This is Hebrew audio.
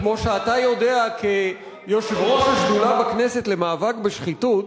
כמו שאתה יודע כיושב-ראש השדולה בכנסת למאבק בשחיתות.